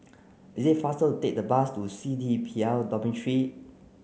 it is faster to take the bus to C D P L Dormitory